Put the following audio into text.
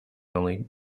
only